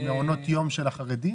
המעונות יום של החרדים?